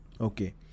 okay